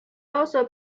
also